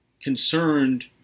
concerned